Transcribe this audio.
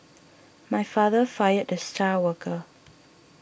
my father fired the star worker